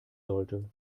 sollte